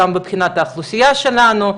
גם מבחינת האוכלוסייה שלנו,